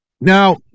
Now